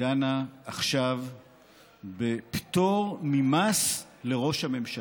דנים עכשיו בפטור ממס לראש הממשלה.